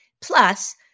Plus